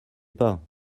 pas